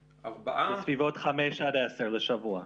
בסביבות 5 עד 10 לשבוע.